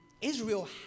Israel